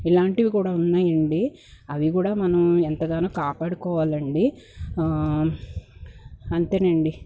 ఇలాంటివి కూడా ఉన్నాయండి అవి కూడా మనం ఎంతగానో కాపాడుకోవాలండి అంతేనండి